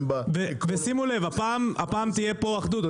ושימו לב, הפעם תהיה פה אחדות.